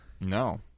No